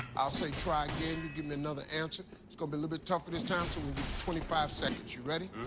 i'll say try again. you give me another answer. it's gonna be a little bit tougher this time, so we'll give you twenty five seconds. you ready?